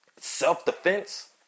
Self-defense